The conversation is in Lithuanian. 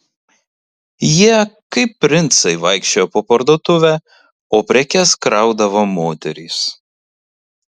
jie kaip princai vaikščiojo po parduotuvę o prekes kraudavo moterys